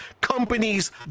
Companies